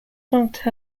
knocked